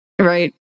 Right